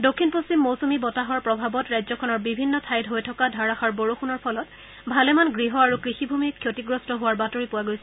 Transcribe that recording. দক্ষিণ পশ্চিম মৌচুমী বতাহৰ প্ৰভাৱত ৰাজ্যখনৰ বিভিন্ন ঠাইত হৈ থকা ধাৰাষাৰ বৰষুণৰ ফলত ভালেমান গৃহ আৰু কৃষিভূমি ক্ষতিগ্ৰস্ত হোৱাৰ বাতৰি পোৱা গৈছে